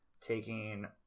taking